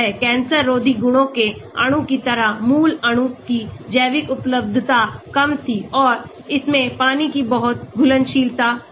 cancer रोधीगुणों के अणु की तरह मूल अणु की जैव उपलब्धता कम थी और इसमें पानी की बहुत घुलनशीलता थी